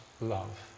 love